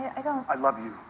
i don't i love you,